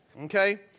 Okay